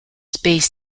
space